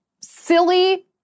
silly